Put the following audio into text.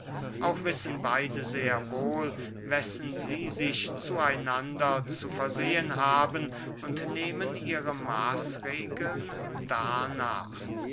auch wissen beide sehr wohl wessen sie sich zu einander zu versehen haben und nehmen ihre maßregeln darnach